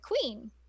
queen